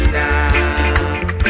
now